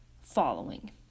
following